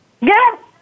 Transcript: Yes